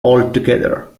altogether